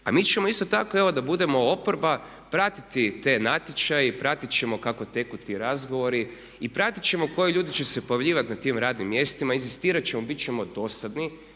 A mi ćemo isto tako evo da budemo oporba pratiti te natječaje i pratit ćemo kako teku ti razgovori i pratit ćemo koji ljudi će se pojavljivati na tim radnim mjestima, inzistirat ćemo, bit ćemo dosadni,